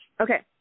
Okay